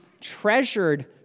treasured